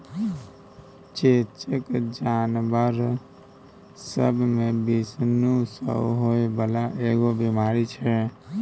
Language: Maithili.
चेचक जानबर सब मे विषाणु सँ होइ बाला एगो बीमारी छै